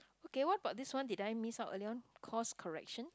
okay what about this one did I miss out earlier on course correction